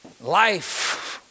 Life